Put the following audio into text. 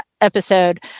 episode